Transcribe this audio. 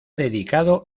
dedicado